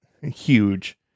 huge